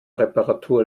reparatur